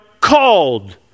called